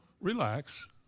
Relax